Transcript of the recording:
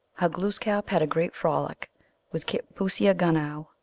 how glooskap had a great frolic with kitpooseagunow,